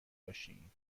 باشین